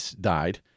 died